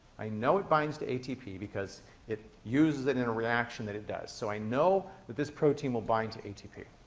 i know it binds to atp because it uses it in a reaction that it does. so i know that this protein will bind to atp,